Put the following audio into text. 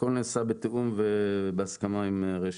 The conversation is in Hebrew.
הכל נעשה בתיאום ובהסכמה עם רש"ת.